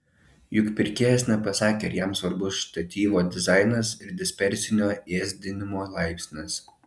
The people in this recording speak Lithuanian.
juk pirkėjas nepasakė ar jam svarbus štatyvo dizainas ir dispersinio ėsdinimo laipsnis